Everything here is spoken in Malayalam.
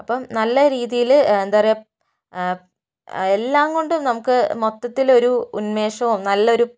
അപ്പോൾ നല്ല രീതിയിൽ എന്താ പറയുക എല്ലാം കൊണ്ടും നമുക്ക് മൊത്തത്തിൽ ഒരു ഉന്മേഷവും നല്ലൊരു